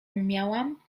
miałam